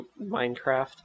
Minecraft